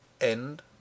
End